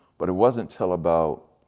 but it wasn't till about,